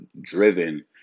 driven